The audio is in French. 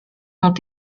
ont